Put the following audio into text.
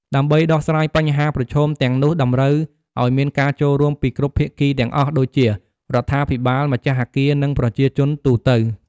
ដើម្បីដោះស្រាយបញ្ហាប្រឈមទាំងនោះតម្រូវឱ្យមានការចូលរួមពីគ្រប់ភាគីទាំងអស់ដូចជា រដ្ឋាភិបាល ម្ចាស់អគារ និងប្រជាជនទូទៅ។